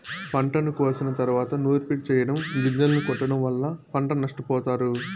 పంటను కోసిన తరువాత నూర్పిడి చెయ్యటం, గొంజలను కొట్టడం వల్ల పంట నష్టపోతారు